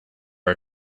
are